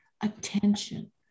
attention